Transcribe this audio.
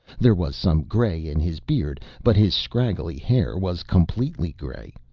there was some gray in his beard, but his scraggly hair was completely gray,